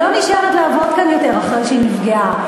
היא לא נשארת כאן יותר אחרי שנפגעה,